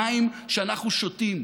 זה המים שאנחנו שותים.